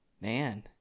man